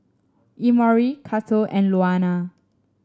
Emory Cato and Luana